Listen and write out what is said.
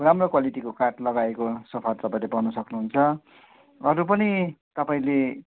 राम्रो क्वालिटीको काठ लगाइएको सोफा तपाईँले पाउन सक्नुहुन्छ अरू पनि तपाईँले